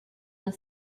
the